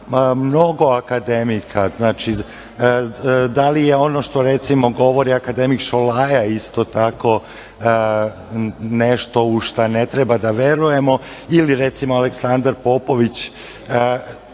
mnogo akademika. Da li je recimo ono što govori akademik Šolaja isto tako nešto u šta ne treba da verujemo ili recimo Aleksandar Popović